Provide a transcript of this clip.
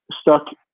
stuck